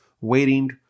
waiting